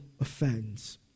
offends